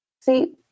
See